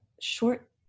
short